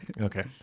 Okay